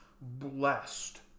blessed